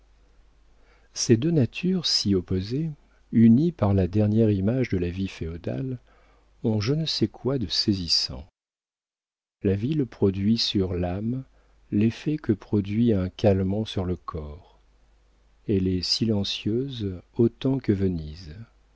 ces deux natures si opposées unies par la dernière image de la vie féodale ont je ne sais quoi de saisissant la ville produit sur l'âme l'effet que produit un calmant sur le corps elle est silencieuse autant que venise